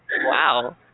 Wow